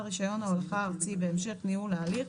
רישיון ההולכה הארצי בהמשך ניהול ההליך